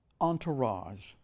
entourage